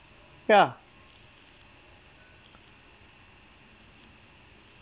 ya